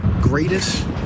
Greatest